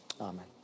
Amen